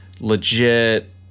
legit